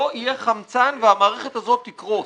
לא יהיה חמצן והמערכת הזאת תקרוס.